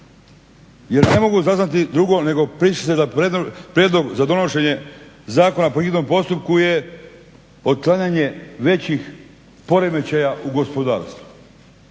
Jer ne mogu saznati drugo nego jer priča se da prijedlog za donošenje zakona po hitnom postupku je otklanjanje većih poremećaja u gospodarstvu.